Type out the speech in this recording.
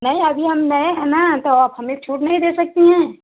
नहीं अभी हम नये हैं ना तो आप हमें छूट नहीं दे सकती हैं